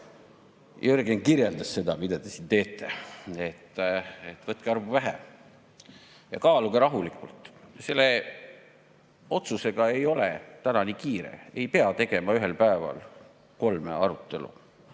Jürgen kirjeldas seda, mida te siin teete. Võtke aru pähe! Ja kaaluge rahulikult. Selle otsusega ei ole täna nii kiire. Ei pea tegema ühel päeval kolme arutelu,